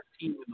team